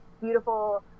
beautiful